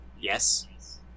yes